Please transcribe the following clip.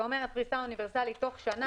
שאומרת פריסה אוניברסלית בתוך שנה בכל המדינה,